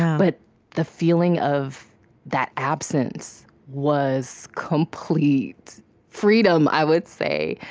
but the feeling of that absence was complete freedom, i would say,